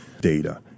data